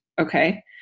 Okay